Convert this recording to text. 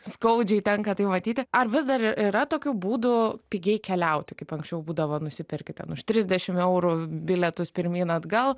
skaudžiai tenka tai matyti ar vis dar yra tokių būdų pigiai keliauti kaip anksčiau būdavo nusipirki ten už trisdešimt eurų bilietus pirmyn atgal